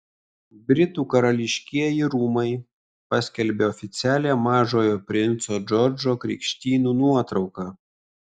britų karališkieji rūmai paskelbė oficialią mažojo princo džordžo krikštynų nuotrauką